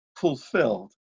fulfilled